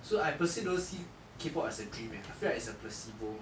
so I personally don't see K pop as a dream eh I feel like it's a placebo